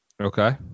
Okay